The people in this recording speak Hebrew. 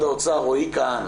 קאהן,